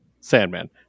Sandman